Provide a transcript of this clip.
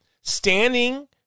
standing